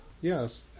Yes